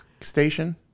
station